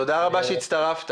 תודה רבה שהצטרפת.